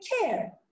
care